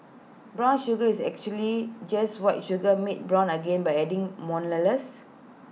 brown sugar is actually just white sugar made brown again by adding molasses